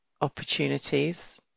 opportunities